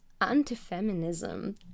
anti-feminism